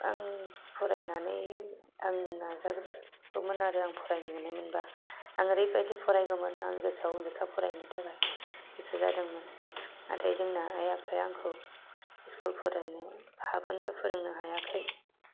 आं फरायनानै आं नाजागौमोन आरो आं फरायनो मोनो मोनबा आं ओरैबादि फरायगौमोन आं गोसोआ लेखा फरायनो थाखाय गोसो जादोंमोन नाथाय जोंना आइ आफाया आंखौ स्कुल फरायनो फोरोंनो हायाखै